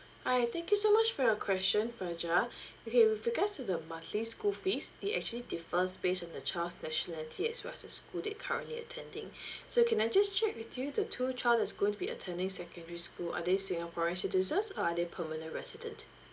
hi thank you so much for your question fajar okay with regards to the monthly school fees it actually differs based on the child's nationality as well as the school they currently attending so can I just check with you the two child that's going to be attending secondary school are they singaporean citizens or are they permanent resident